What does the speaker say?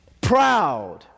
Proud